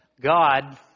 God